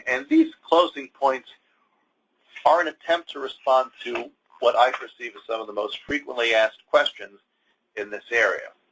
and these closing points are an attempt to respond to what i perceive as some of the most frequently asked questions in this area.